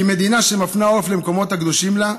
כי מדינה שמפנה עורף למקומות הקדושים לה,